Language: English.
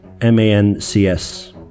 M-A-N-C-S